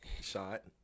shot